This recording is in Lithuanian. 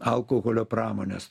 alkoholio pramonės